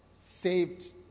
saved